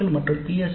ஓக்கள் மற்றும் பி